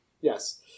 Yes